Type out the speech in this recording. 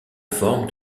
forme